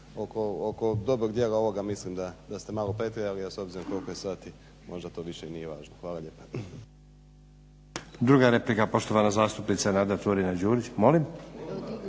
Druga replika, poštovana zastupnica Nada Turina-Đurić. Molim?